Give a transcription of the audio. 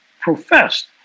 professed